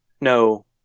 No